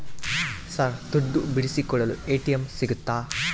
Sir ದುಡ್ಡು ಬಿಡಿಸಿಕೊಳ್ಳಲು ATM ಸಿಗುತ್ತಾ?